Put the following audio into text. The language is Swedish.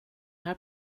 här